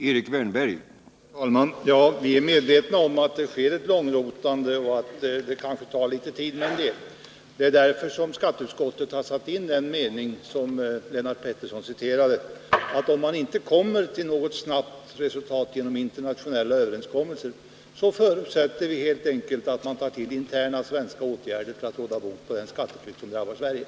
Herr talman! Vi är medvetna om att det sker ett långrotande och att det kanske tar litet tid. Det är därför skatteutskottet satte in den mening som Lennart Pettersson citerade, att om man inte kommer till något snabbt resultat genom internationella överenskommelser förutsätter vi att det vidtas interna svenska åtgärder för att råda bot på skatteflykten.